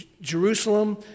Jerusalem